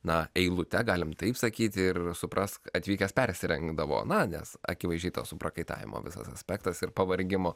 na eilute galim taip sakyti ir suprask atvykęs persirengdavo na nes akivaizdžiai to suprakaitavimo visas aspektas ir pavargimo